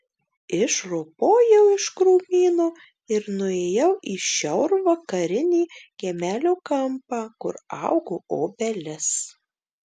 išropojau iš krūmyno ir nuėjau į šiaurvakarinį kiemelio kampą kur augo obelis